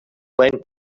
went